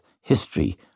history